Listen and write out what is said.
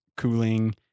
Cooling